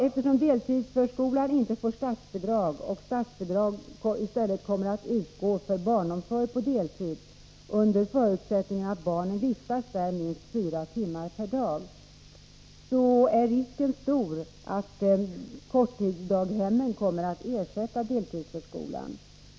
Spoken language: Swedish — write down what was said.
Eftersom deltidsförskolan inte får statsbidrag och statsbidrag i stället kommer att utgå för barnomsorg på deltid, under förutsättning att barnen vistas där minst fyra timmar per dag, är risken stor att korttidsdaghemmen kommer att ersätta deltidsförskolan.